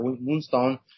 Moonstone